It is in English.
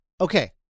Okay